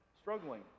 struggling